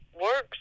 works